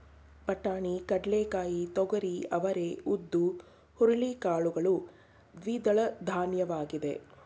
ಬಟಾಣಿ, ಕಡ್ಲೆಕಾಯಿ, ತೊಗರಿ, ಅವರೇ, ಉದ್ದು, ಹುರುಳಿ ಕಾಳುಗಳು ದ್ವಿದಳಧಾನ್ಯವಾಗಿದೆ